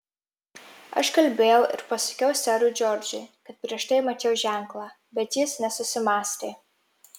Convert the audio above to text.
aš kalbėjau ir pasakiau serui džordžui kad prieš tai mačiau ženklą bet jis nesusimąstė